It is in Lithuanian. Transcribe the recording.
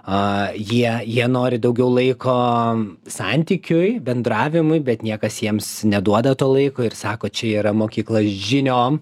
a jie jie nori daugiau laiko santykiui bendravimui bet niekas jiems neduoda to laiko ir sako čia yra mokykla žiniom